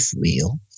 wheel